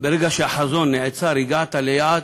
ברגע שהחזון נעצר, הגעת ליעד,